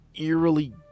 eerily